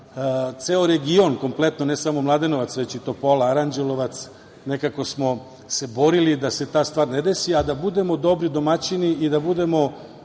Ceo region kompletno, ne samo Mladenovac, već i Topola, Aranđelovac, nekako smo se borili da se ta stvar ne desi, a da budemo dobri domaćini i da budemo